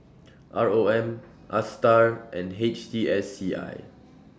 R O M A STAR and H T S C I